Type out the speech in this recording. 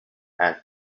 and